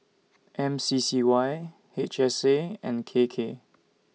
M C C Y H S A and K K